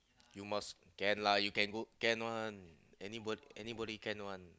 you must can lah you can go can one anybody can one